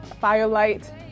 firelight